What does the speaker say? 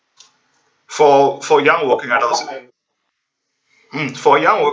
for for young working adults mm for young